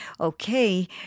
Okay